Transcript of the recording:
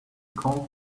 called